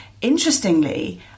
Interestingly